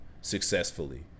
successfully